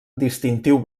distintiu